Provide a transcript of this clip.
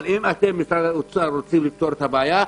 אבל אם אתם משרד האוצר רוצים לפתור את הבעיה,